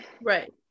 Right